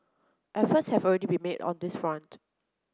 efforts have already been made on this front